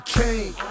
king